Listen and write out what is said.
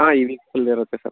ಹಾಂ ಈ ವೀಕ್ ಫುಲ್ಲಿರುತ್ತೆ ಸರ್